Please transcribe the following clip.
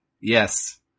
Yes